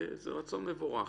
וזה רצון מבורך.